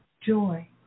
joy